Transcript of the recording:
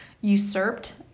usurped